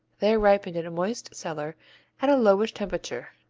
they are ripened in a moist cellar at a lowish temperature.